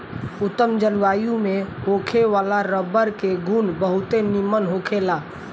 उत्तम जलवायु में होखे वाला रबर के गुण बहुते निमन होखेला